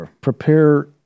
Prepare